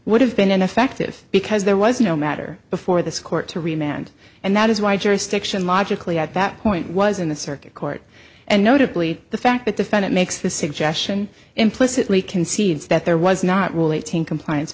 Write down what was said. would have been ineffective because there was no matter before this court to remain and and that is why jurisdiction logically at that point was in the circuit court and notably the fact that defendant makes the suggestion implicitly concedes that there was not rule eighteen compliance